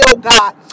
God